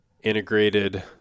Integrated